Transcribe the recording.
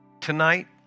Tonight